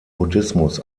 buddhismus